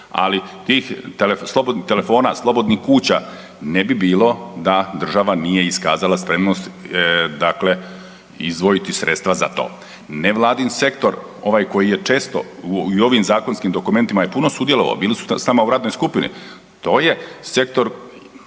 ali tih telefona, slobodnih kuća ne bi bilo da država nije iskazala spremnost izdvojiti sredstva za to. Nevladin sektor ovaj koji je često i u ovim zakonskim dokumentima je puno sudjelovao, bili su s nama u radnoj skupini to je sektor,